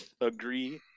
agree